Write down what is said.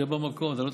שב במקום.